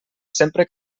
sempre